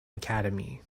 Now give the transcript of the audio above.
academy